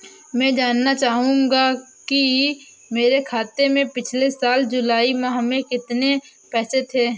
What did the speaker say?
मैं जानना चाहूंगा कि मेरे खाते में पिछले साल जुलाई माह में कितने पैसे थे?